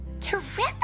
Terrific